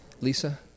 Lisa